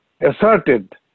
asserted